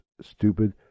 stupid